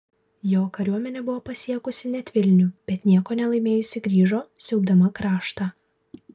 jo kariuomenė buvo pasiekusi net vilnių bet nieko nelaimėjusi grįžo siaubdama kraštą